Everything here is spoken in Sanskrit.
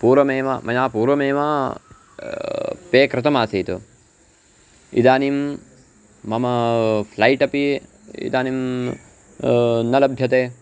पूर्वमेव मया पूर्वमेव पे कृतमासीत् इदानीं मम फ़्लैट् अपि इदानीं न लभ्यते